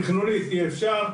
תכנונית אי אפשר,